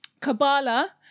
Kabbalah